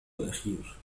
الأخير